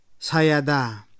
sayada